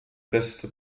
beste